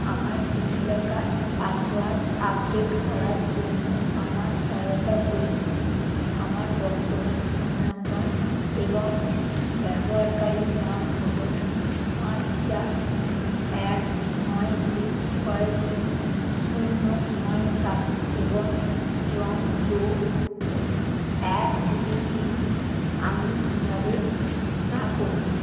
আমার DigiLocker password update করার জন্য আমার সহায়তা প্রয়োজন আমার বর্তমান ফোন নাম্বার এবং ব্যবহারকারীর নাম হলো পাঁচ চার এক নয় দুই ছয় তিন শূন্য নয় সাত এবং জন ডো এক দুই তিন আমি কীভাবে তা করবো